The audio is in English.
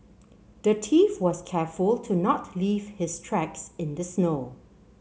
the thief was careful to not leave his tracks in the snow